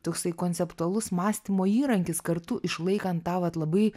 toksai konceptualus mąstymo įrankis kartu išlaikant tą vat labai